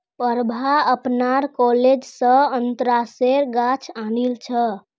प्रभा अपनार कॉलेज स अनन्नासेर गाछ आनिल छ